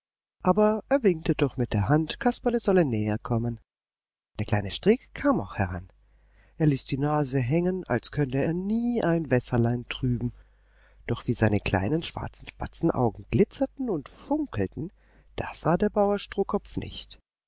aber er winkte doch mit der hand kasperle solle näherkommen der kleine strick kam auch heran er ließ die nase hängen als könnte er nie ein wässerlein trüben doch wie seine kleinen schwarzen spatzenaugen glitzerten und funkelten das sah der bauer strohkopf nicht